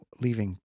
leaving